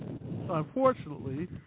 Unfortunately